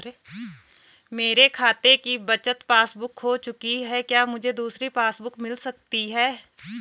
मेरे खाते की बचत पासबुक बुक खो चुकी है क्या मुझे दूसरी पासबुक बुक मिल सकती है?